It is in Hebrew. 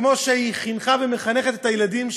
וכמו שהיא חינכה ומחנכת את הילדים שלה?